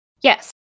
Yes